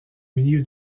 milieu